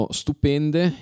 stupende